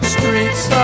Streets